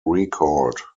recalled